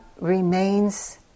remains